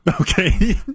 Okay